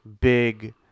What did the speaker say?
big